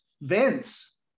Vince